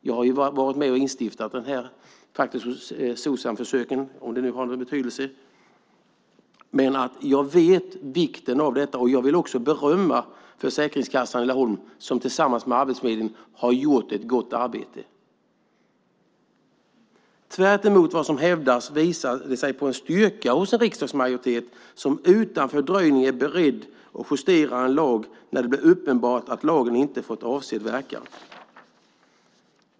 Jag har varit med och instiftat Socsamförsöken, om det nu har någon betydelse. Men jag vet vikten av detta, och jag vill också berömma Försäkringskassan i Laholm som tillsammans med Arbetsförmedlingen har gjort ett gott arbete. Tvärtemot vad som hävdas visar det på styrka om en riksdagsmajoritet är beredd och utan fördröjning justerar en lag när det blir uppenbart att den inte fått avsedd verkan.